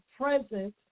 present